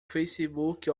facebook